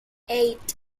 eight